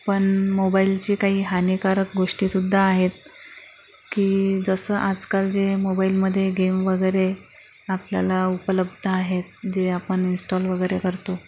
पन मोबाईलची काही हानिकारक गोष्टीसुद्धा आहेत की जसं आजकाल जे मोबाईलमध्ये गेम वगैरे आपल्याला उपलब्ध आहेत जे आपण इंस्टॉल वगैरे करतो